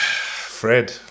Fred